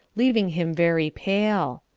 leaving him very pale.